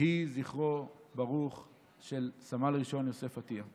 יהי זכרו של סמל ראשון יוסף עטייה ברוך.